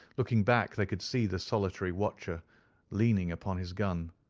looking back, they could see the solitary watcher leaning upon his gun,